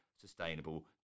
Sustainable